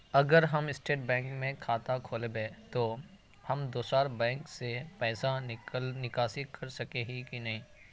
अगर हम state bank में खाता खोलबे तो हम दोसर बैंक से पैसा निकासी कर सके ही की नहीं?